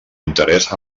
interès